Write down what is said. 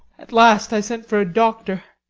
at last i sent for a doctor